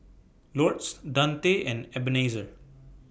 Lourdes Dante and Ebenezer